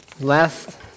Last